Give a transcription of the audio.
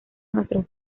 nuestros